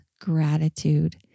gratitude